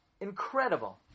incredible